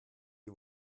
die